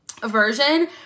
version